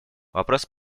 вопрос